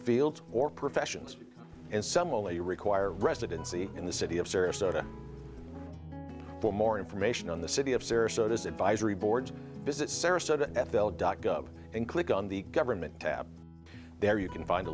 field or professions and some only require residency in the city of sarasota for more information on the city of sarasota as advisory boards visit sarasota f l dot gov and click on the government tab there you can